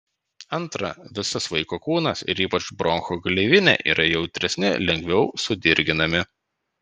antra visas vaiko kūnas ir ypač bronchų gleivinė yra jautresni lengviau sudirginami